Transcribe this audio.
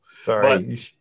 Sorry